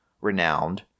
renowned